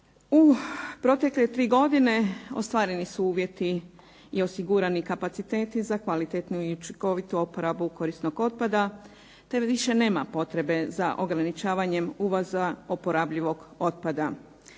U protekle 3 godine ostvareni su uvjeti i osigurani kapaciteti za kvalitetnu i učinkovitu oporabu korisnog otpada te više nema potrebe za ograničavanjem uvoza oporabljivog otpada.